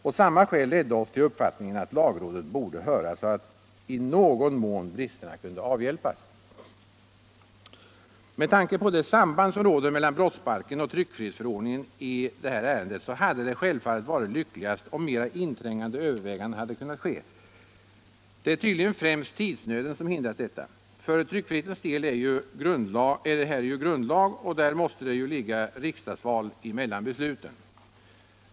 Och samma skäl ledde oss till uppfattningen att lagrådet borde höras, så att bristerna i någon mån kunde avhjälpas. Med tanke på det samband som råder mellan brottsbalken och tryckfrihetsförordningen i detta ärende hade det självfallet varit lyckligast om mera inträngande överväganden hade kunnat ske. Det är tydligen främst tidsnöden som hindrat detta. För tryckfrihetens del är ju detta grundlag och då måste riksdagsval ligga mellan besluten.